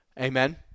Amen